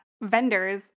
vendors